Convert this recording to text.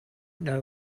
know